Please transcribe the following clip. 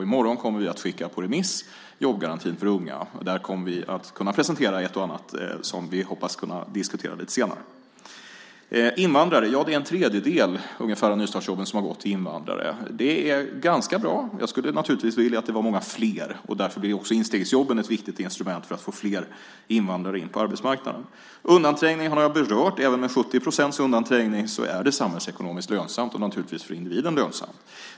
I morgon kommer vi att skicka förslaget om jobbgaranti för unga på remiss, och vi kommer att kunna presentera ett och annat som vi hoppas få diskutera senare. Invandrare: Ungefär en tredjedel av nystartsjobben har gått till invandrare. Det är ganska bra. Jag skulle naturligtvis vilja att det var många fler, och därför blir också instegsjobben ett viktigt instrument för att få in fler invandrare på arbetsmarknaden. Undanträngningen har jag berört. Även med 70 procents undanträngning är det samhällsekonomiskt lönsamt, och naturligtvis finner vi den lönsam.